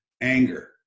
Anger